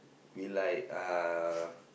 we like uh